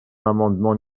l’amendement